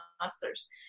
master's